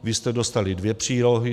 Vy jste dostali dvě přílohy.